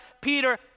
Peter